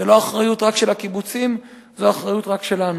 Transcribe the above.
זו לא אחריות רק של הקיבוצים, זו אחריות גם שלנו.